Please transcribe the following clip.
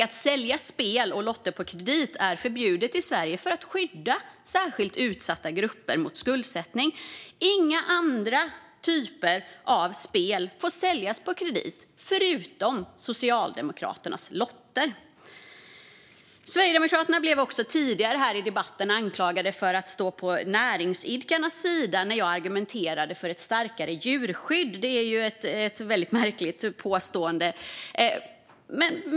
Att sälja spel och lotter på kredit är förbjudet i Sverige för att skydda särskilt utsatta grupper mot skuldsättning. Inga andra typer av spel får säljas på kredit - förutom Socialdemokraternas lotter. Sverigedemokraterna blev tidigare i debatten anklagade för att stå på näringsidkarnas sida när jag argumenterade för ett starkare djurskydd. Det är ett väldigt märkligt påstående.